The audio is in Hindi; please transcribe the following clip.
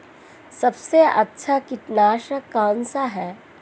सबसे अच्छा कीटनाशक कौन सा है?